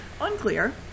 Unclear